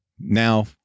now